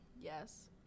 Yes